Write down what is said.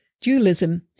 Dualism